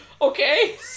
Okay